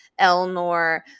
Elnor